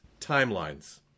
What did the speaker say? timelines